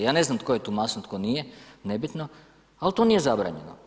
Ja ne znam tko je tu mason, tko nije, nebitno, ali to nije zabranjeno.